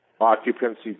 occupancy